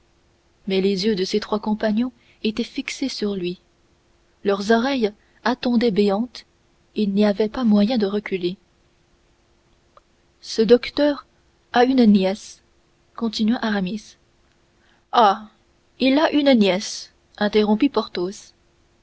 mais les yeux de ses trois compagnons étaient fixés sur lui leurs oreilles attendaient béantes il n'y avait pas moyen de reculer ce docteur a une nièce continua aramis ah il a une nièce interrompit porthos